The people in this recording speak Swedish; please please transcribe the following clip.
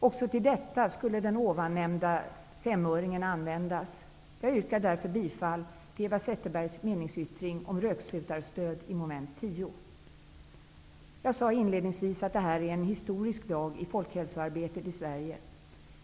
Också till detta skulle den ovan nämnda femöringen användas. Jag yrkar därför bifall till Eva Zetterbergs meningsyttring om rökslutarstöd i mom. 10. Jag sade inledningsvis att det här är en historisk dag för folkhälsoarbetet i Sverige.